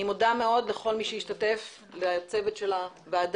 אני מודה מאוד לכל מי שהשתתף ולצוות הוועדה.